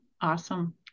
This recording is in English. Awesome